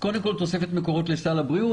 קודם כול תוספת מקורות לסל הבריאות.